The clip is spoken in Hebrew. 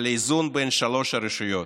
על האיזון בין שלוש הרשויות.